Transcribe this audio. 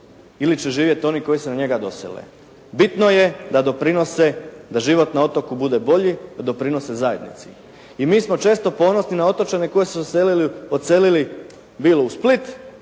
ili će živjeti koji se na njega dosele. Bitno je da doprinose da život na otoku bude bolji da doprinose zajednici. I mi smo često ponosni na otočane koji su se odselili bilo u Split,